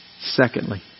Secondly